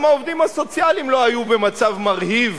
גם העובדים הסוציאליים לא היו במצב מרהיב